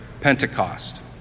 Pentecost